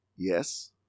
Yes